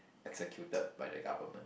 executed by the government